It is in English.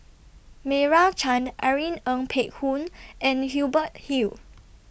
Meira Chand Irene Ng Phek Hoong and Hubert Hill